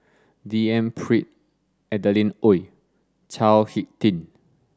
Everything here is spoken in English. D N Pritt Adeline Ooi Chao Hick Tin